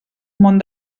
món